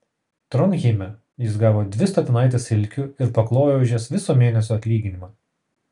tronheime jis gavo dvi statinaites silkių ir paklojo už jas viso mėnesio atlyginimą